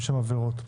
עבירות.